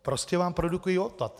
Prostě vám produkují odpad...